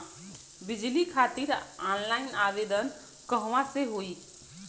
बिजली खातिर ऑनलाइन आवेदन कहवा से होयी?